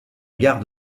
gare